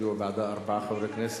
הצביעו בעדה ארבעה חברי כנסת,